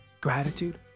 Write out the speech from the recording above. gratitude